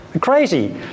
crazy